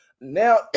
now